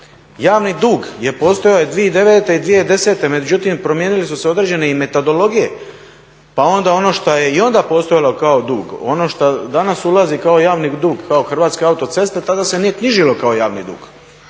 javni dug je postojao i 2009. i 2010., međutim promijenile su se određene i metodologije pa onda i ono što je onda postojalo kao dug, ono što danas ulazi kao javni dug, kao Hrvatske autoceste, tada se nije knjižilo kao javni dug.